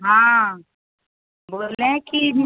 हाँ बोले हैं कि